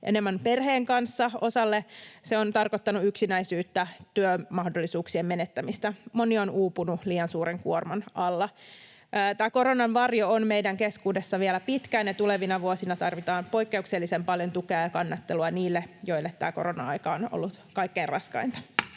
enemmän perheen kanssa, osalle se on tarkoittanut yksinäisyyttä, työmahdollisuuksien menettämistä. Moni on uupunut liian suuren kuorman alla. Tämä koronan varjo on meidän keskuudessamme vielä pitkään, ja tulevina vuosina tarvitaan poikkeuksellisen paljon tukea ja kannattelua niille, joille tämä korona-aika on ollut kaikkein raskainta.